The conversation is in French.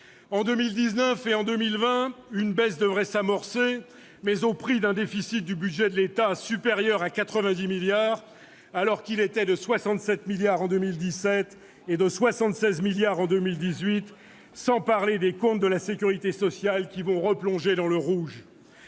En 2019 et en 2020, une baisse devrait s'amorcer, mais au prix d'un déficit du budget de l'État supérieur à 90 milliards d'euros, alors qu'il s'élevait à 67 milliards d'euros en 2017 et à 76 milliards d'euros en 2018, sans parler des comptes de la sécurité sociale qui vont replonger dans le rouge.